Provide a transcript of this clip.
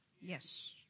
Yes